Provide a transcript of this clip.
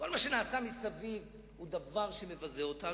כל מה שנעשה מסביב הוא דבר שמבזה אותנו.